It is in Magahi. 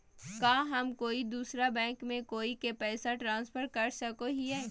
का हम कोई दूसर बैंक से कोई के पैसे ट्रांसफर कर सको हियै?